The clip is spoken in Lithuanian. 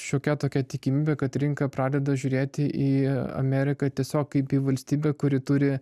šiokia tokia tikimybė kad rinka pradeda žiūrėti į ameriką tiesiog kaip į valstybę kuri turi